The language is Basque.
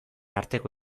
arteko